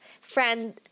friend